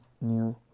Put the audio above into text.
new